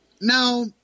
Now